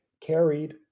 carried